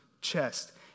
chest